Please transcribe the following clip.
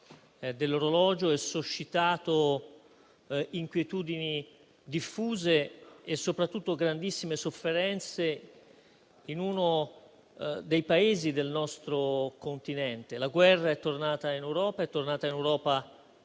dell'orologio e suscitato inquietudini diffuse e soprattutto grandissime sofferenze in uno dei Paesi del nostro Continente. La guerra è tornata in Europa con il suo